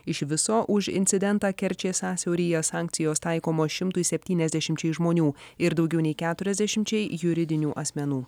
iš viso už incidentą kerčės sąsiauryje sankcijos taikomos šimtui septyniasdešimčiai žmonių ir daugiau nei keturiasdešimčiai juridinių asmenų